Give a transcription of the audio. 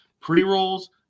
pre-rolls